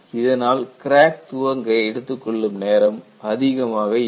இதனால் கிராக் துவங்க எடுத்துக்கொள்ளும் நேரம் அதிகமாக இருக்கும்